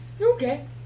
Okay